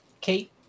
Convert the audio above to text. Kate